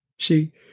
See